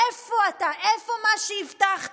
איפה אתה, איפה מה שהבטחת?